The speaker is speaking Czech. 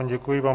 Děkuji vám.